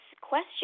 question